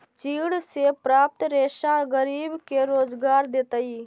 चीड़ से प्राप्त रेशा गरीब के रोजगार देतइ